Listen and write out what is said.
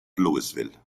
louisville